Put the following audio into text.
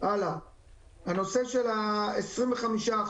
הנושא של ה-25%,